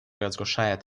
разрушает